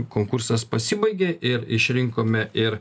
konkursas pasibaigė ir išrinkome ir